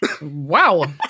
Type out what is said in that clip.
Wow